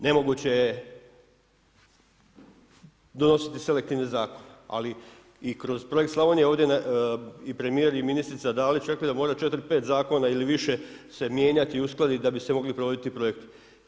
Nemoguće je donositi selektivne zakone ali i kroz projekt Slavonija ovdje i premijer i ministrica Dalić su rekli da mora 4, 5 zakona ili više se mijenjati i uskladiti da bi se mogli provoditi projekti.